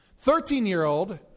Thirteen-year-old